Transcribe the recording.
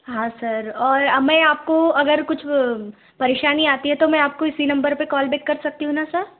हाँ सर और मैं आपको अगर कुछ परेशानी आती है तो मैं आपको इसी नम्बर पर कॉल बैक कर सकती हूँ न सर